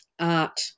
art